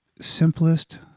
simplest